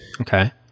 Okay